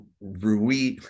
Rui